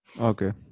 Okay